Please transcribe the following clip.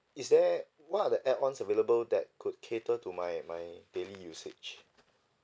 is there what are the add ons available that could cater to my my daily usage